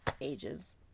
ages